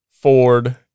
ford